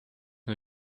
new